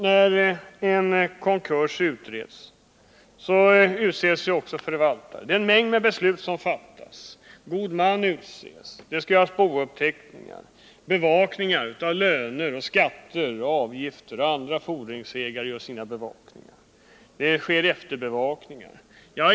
När en konkurs utreds fattas det en mängd beslut — det utses konkursförvaltare och god man, och det skall göras bouppteckningar och bevakningar av löner och skatter, och man bevakar också andra fordringar. Även efterbevakningar förekommer.